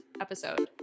episode